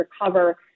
recover